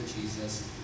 Jesus